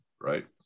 Right